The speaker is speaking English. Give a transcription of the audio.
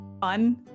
fun